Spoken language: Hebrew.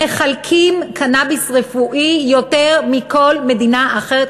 מחלקים קנאביס רפואי יותר מכל מדינה אחרת,